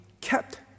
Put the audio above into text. kept